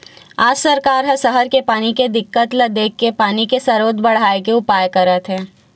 आज सरकार ह सहर के पानी के दिक्कत ल देखके पानी के सरोत बड़हाए के उपाय करत हे